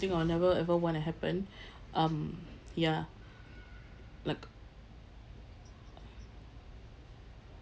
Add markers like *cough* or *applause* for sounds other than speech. I'll never ever want to happen *breath* um ya like